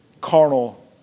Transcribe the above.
carnal